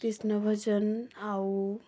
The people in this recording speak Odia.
କୃଷ୍ଣ ଭଜନ ଆଉ